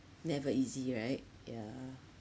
never easy right yeah